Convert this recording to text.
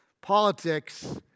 Politics